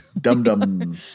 Dum-dum